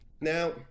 Now